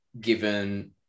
given